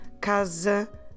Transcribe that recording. casa